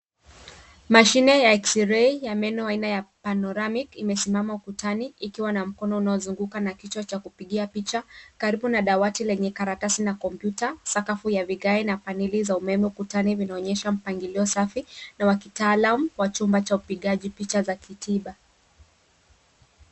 Mashine ya xrei ya meno aina ya Panoramic imesimama kutani ikiwa na mkono unaozunguka na kichwa cha kupigia picha karibu na dawati lenye karatasi na kompyuta sakafu ya vigae na paneli za umeme ukutani vinaonyesha mpangilio safi na wa kitaalam wa chumba cha upigaji picha za kitiba.